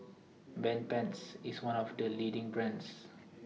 Bedpans IS one of The leading brands